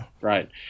Right